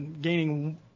gaining